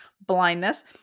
blindness